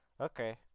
Okay